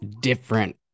different